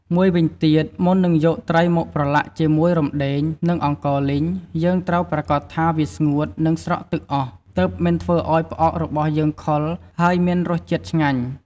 មួយវិញទៀត មុននឹងយកត្រីមកប្រឡាក់ជាមួយរំដេង និងអង្ករលីង យើងត្រូវប្រាកដថា វាស្ងួត និងស្រក់ទឹកអស់ ទើបមិនធ្វើឱ្យផ្អករបស់យើងខូច ហើយមានរសជាតិឆ្ងាញ់។